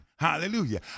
Hallelujah